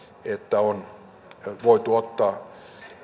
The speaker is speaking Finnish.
että on voitu ottaa